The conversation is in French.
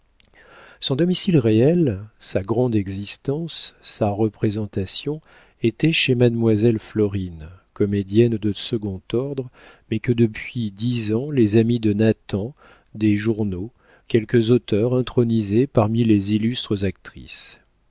son domicile réel sa grande existence sa représentation étaient chez mademoiselle florine comédienne de second ordre mais que depuis dix ans les amis de nathan des journaux quelques auteurs intronisaient parmi les illustres actrices